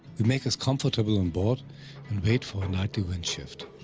we make us comfortable on board and wait for a nightly wind shift.